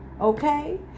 Okay